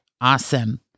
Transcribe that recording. Awesome